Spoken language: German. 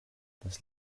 das